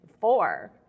Four